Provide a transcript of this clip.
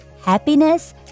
happiness